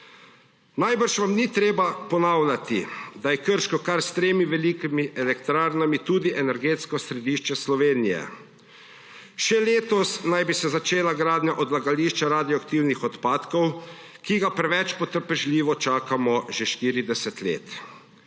Najbrž vam ni treba ponavljati, da je Krško kar s tremi velikimi elektrarnami tudi energetsko središče Slovenije. Še letos naj bi se začela gradnja odlagališča radioaktivnih odpadkov, ki ga preveč potrpežljivo čakamo že 40 let.